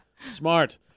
smart